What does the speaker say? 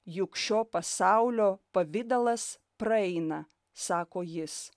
juk šio pasaulio pavidalas praeina sako jis